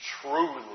truly